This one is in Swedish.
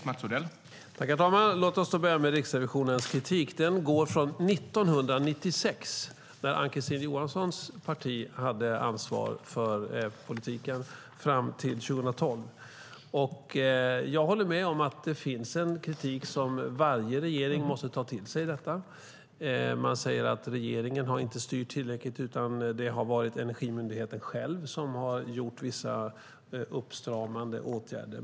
Herr talman! Jag ska börja med Riksrevisionens kritik. Den gäller från 1996, när Ann-Kristine Johanssons parti hade ansvar för politiken, fram till 2012. Jag håller med om att det finns en kritik som varje regering måste ta till sig. Man säger att regeringen inte har styrt tillräckligt utan att Energimyndigheten själv har vidtagit vissa uppstramande åtgärder.